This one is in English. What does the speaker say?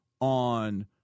on